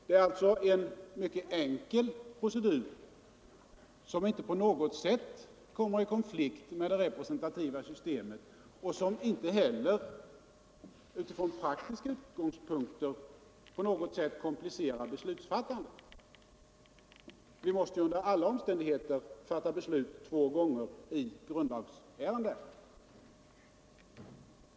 Det är alltså en mycket enkel procedur, som inte på något sätt kommer i konflikt med det representativa systemet och som inte heller utifrån praktiska utgångspunkter på något sätt komplicerar beslutsfattandet. Vi måste under alla omständigheter fatta beslut två gånger i grundlagsärenden.